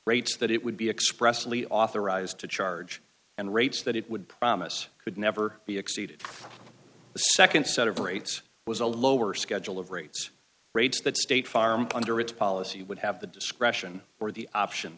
rates that it would be expressly authorized to charge and rates that it would promise could never be exceeded the nd set of rates was a lower schedule of rates rates that state farm under its policy would have the discretion or the option